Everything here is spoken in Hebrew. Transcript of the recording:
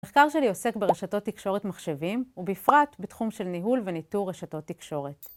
המחקר שלי עוסק ברשתות תקשורת מחשבים, ובפרט בתחום של ניהול וניטור רשתות תקשורת.